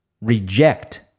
reject